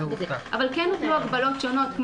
אבל כן הוטלו הגבלות שונות,